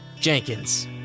jenkins